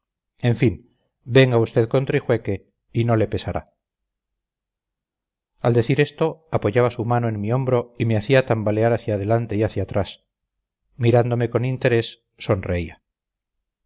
en fin venga usted con trijueque y no le pesará al decir esto apoyaba su mano en mi hombro y me hacía tambalear hacia adelante y hacia atrás mirándome con interés sonreía